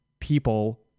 People